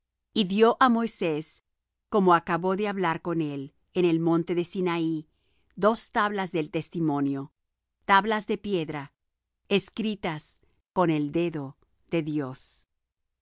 y dió á moisés como acabó de hablar con él en el monte de sinaí dos tablas del testimonio tablas de piedra escritas con el dedo de dios mas